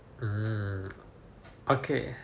um okay